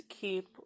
keep